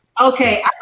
okay